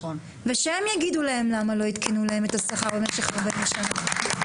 ושהם יגידו להם למה לא עדכנו להם את השכר במשך ארבעים שנה.